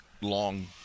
long